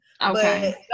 okay